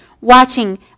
watching